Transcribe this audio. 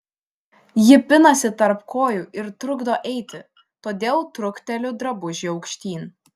ji pinasi tarp kojų ir trukdo eiti todėl trukteliu drabužį aukštyn